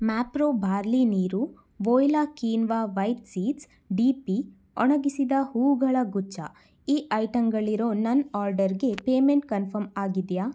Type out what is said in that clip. Mapro barley ನೀರು voila quinoa white seeds D P ಒಣಗಿಸಿದ ಹೂವುಗಳ ಗುಚ್ಛ ಈ ಐಟಂಗಳಿರುವ ನನ್ನ ಆರ್ಡರ್ಗೆ ಪೇಮೆಂಟ್ ಕನ್ಫರ್ಮ್ ಆಗಿದೆಯಾ